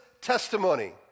testimony